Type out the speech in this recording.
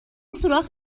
سوراخ